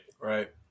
Right